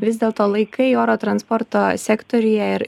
vis dėlto laikai oro transporto sektoriuje ir